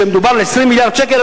ומדובר על 20 מיליארד שקל.